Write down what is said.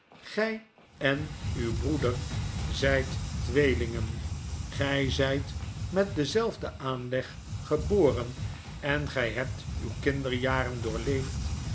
gy en uw broeder zyt tweelingen gij zijt met denzelfden aanleg geboren en gij hebt uw kinderjaren doorleefd